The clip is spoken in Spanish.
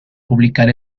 publicar